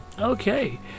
Okay